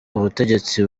ubutegetsi